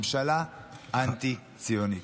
ממשלה אנטי-ציונית.